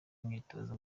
imyitozo